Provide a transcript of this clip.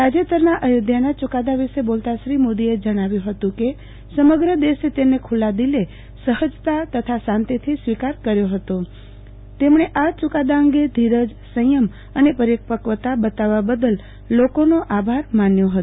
તાજેતરના અયોધ્યાના યુકાદા વિશ્ન બોલતા શ્રી મોદીએ જણાવ્યુ હતુ કે સમગ્ર દેશે તેને ખુલ્લા દિલે સફજતા તથા શાંતિથી સ્વીકાર્યો હતો તેમણે આ યુકાદા અંગે ધીરજસંથમ અને પરિપકવતા બતાવવા બદલ લોકોનો આભાર માન્યો હતો